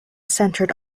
centered